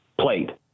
played